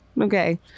Okay